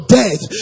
death